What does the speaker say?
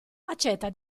accetta